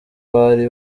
bari